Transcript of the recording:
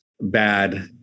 Bad